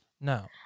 no